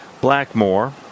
Blackmore